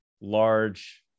large